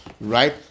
right